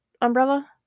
umbrella